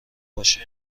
باشه